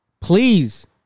Please